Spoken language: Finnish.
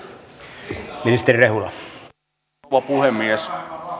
arvoisa puhemies